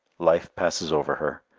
life passes over her,